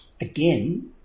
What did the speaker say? again